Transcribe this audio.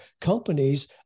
companies